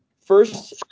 First